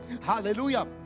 hallelujah